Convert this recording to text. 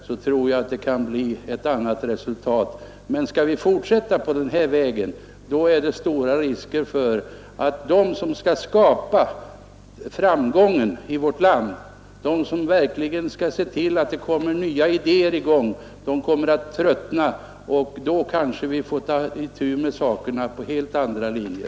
Då tror jag att det kan bli ett annat resultat. Men skall vi fortsätta på den inslagna vägen, är det stor risk för att de människor tröttnar som skall skapa framgången i vårt land, de som verkligen skall se till att nya idéer kommer till användning. Då kanske vi får ta itu med sakerna efter helt andra linjer.